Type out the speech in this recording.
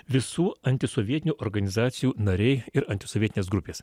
visų antisovietinių organizacijų nariai ir antisovietinės grupės